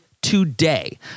today